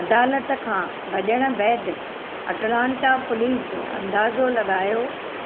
अदालत खां भज॒णु बैदि अटलांटा पुलीस अंदाज़ो लॻायो